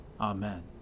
Amen